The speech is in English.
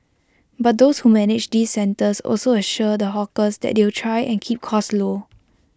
but those who manage these centres also assure the hawkers that they'll try and keep costs low